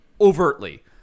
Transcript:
overtly